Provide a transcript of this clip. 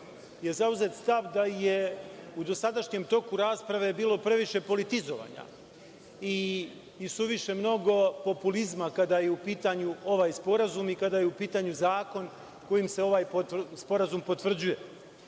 je zauzet stav da je u dosadašnjem toku rasprave bilo previše politizovanja i suviše mnogo populizma kada je u pitanju ovaj Sporazum i kada je u pitanju Zakon kojim se ovaj Sporazum potvrđuje.